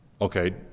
Okay